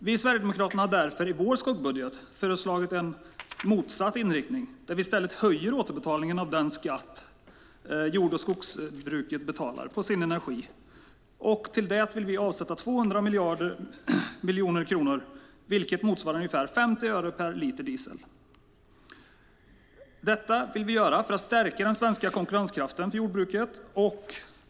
Vi i Sverigedemokraterna har därför i vår skuggbudget föreslagit en motsatt inriktning där vi i stället höjer återbetalningen av den skatt som jord och skogsbruket betalar på sin energi. Till detta vill vi avsätta 200 miljoner kronor, vilket motsvarar ungefär 50 öre per liter diesel. Detta vill vi göra för att stärka den svenska konkurrenskraften för jordbruket.